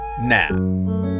now